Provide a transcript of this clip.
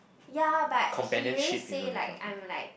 ya but he already say like I'm like